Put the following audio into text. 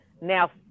now